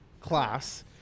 class